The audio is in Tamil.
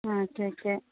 ஆ சரி சரி